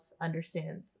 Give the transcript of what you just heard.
understands